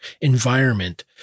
environment